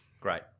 great